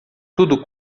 tudo